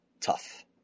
tough